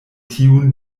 tiun